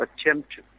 attempt